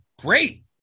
great